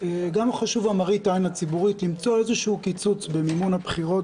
חשובה גם מראית העין הציבורית למצוא איזשהו קיצוץ במימון הבחירות,